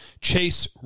Chase